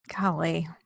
Golly